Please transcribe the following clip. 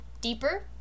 deeper